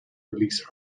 release